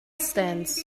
stands